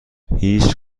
هیچ